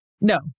No